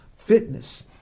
fitness